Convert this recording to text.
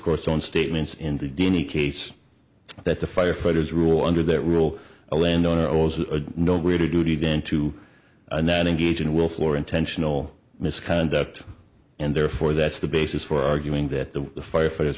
discourse on statements in three d any case that the firefighters rule under that rule a landowner owes a no where to duty then to and then engage in will floor intentional misconduct and therefore that's the basis for arguing that the firefighters